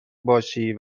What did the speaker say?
باشی